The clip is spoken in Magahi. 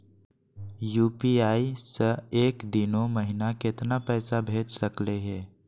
यू.पी.आई स एक दिनो महिना केतना पैसा भेज सकली हे?